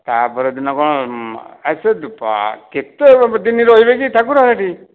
ତାପର ଦିନ କ'ଣ କେତେ ଦିନ ରହିବେକି ଠାକୁର ସେହିଠି